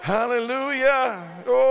Hallelujah